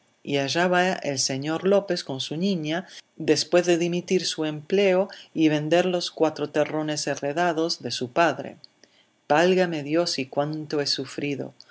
y allá va el señor lópez con su niña después de dimitir su empleo y vender los cuatro terrones heredados de su padre válgame dios y cuánto he sufrido